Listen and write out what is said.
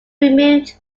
removed